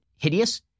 hideous